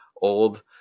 old